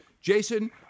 Jason